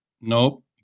nope